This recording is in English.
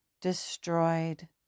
destroyed